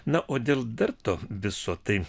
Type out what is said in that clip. na o dėl dar to viso tai